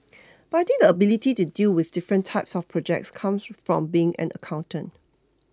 but I think the ability to deal with different types of projects comes from being an accountant